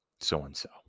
so-and-so